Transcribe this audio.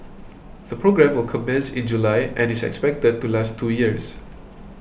the programme will commence in July and is expected to last two years